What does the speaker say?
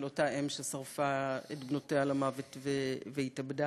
של אותה אם ששרפה את בנותיה למוות והתאבדה.